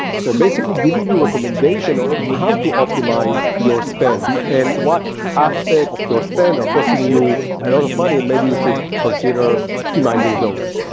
so basically, giving you recommendation on how to optimize your spend and what aspect of your spend are costing you a lot of money, and maybe you should consider optimizing those.